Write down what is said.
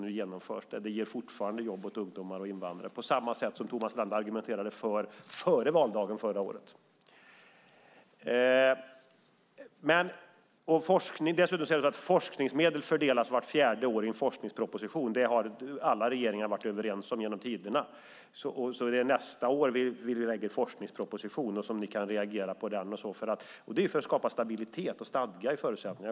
Nu genomförs förslaget. Fortfarande är det så att det här ger ungdomar och invandrare jobb. På samma sätt argumenterade Thomas Strand före valdagen förra året för detta. Dessutom säger Thomas Strand att forskningsmedel fördelas vart fjärde år i en forskningsproposition. Ja, det har alla regeringar genom tiderna varit överens om. Nästa år när vi lägger fram vår forskningsproposition kan ni reagera på den - allt för att skapa stabilitet och stadga när det gäller förutsättningarna.